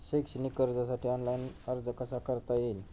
शैक्षणिक कर्जासाठी ऑनलाईन अर्ज कसा करता येईल?